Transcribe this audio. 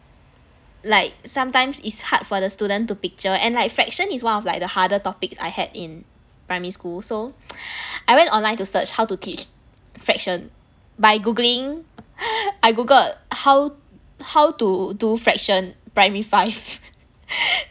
like sometimes it's hard for the students to picture and like fraction is one of like the harder topics I had in primary school so I went online to search how to teach fraction by googling I googled how how to do fraction primary five